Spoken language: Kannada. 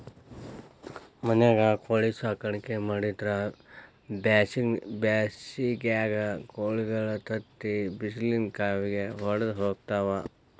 ಮನ್ಯಾಗ ಕೋಳಿ ಸಾಕಾಣಿಕೆ ಮಾಡಿದ್ರ್ ಬ್ಯಾಸಿಗ್ಯಾಗ ಕೋಳಿಗಳ ತತ್ತಿ ಬಿಸಿಲಿನ ಕಾವಿಗೆ ವಡದ ಹೋಗ್ತಾವ